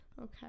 okay